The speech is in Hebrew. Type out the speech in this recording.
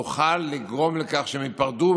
נוכל לגרום לכך שהם ייפרדו,